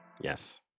Yes